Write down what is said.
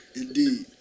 indeed